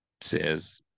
says